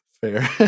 fair